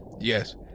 Yes